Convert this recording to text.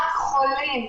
רק חולים.